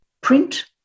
print